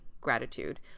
gratitude